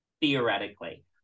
Theoretically